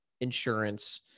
insurance